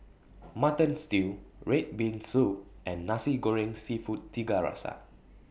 Mutton Stew Red Bean Soup and Nasi Goreng Seafood Tiga Rasa